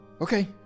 Okay